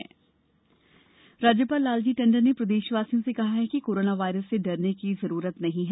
जनता कफर्यू राज्यपाल लालजी टंडन ने प्रदेशवासियों से कहा है कि कोरोना वायरस से डरने की जरूरत नहीं है